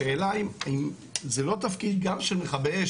השאלה היא אם זה לא תפקיד גם של מכבי האש,